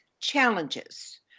challenges